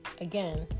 again